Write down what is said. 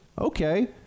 Okay